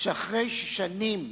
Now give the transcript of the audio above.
שאחרי שנים